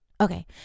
Okay